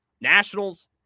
Nationals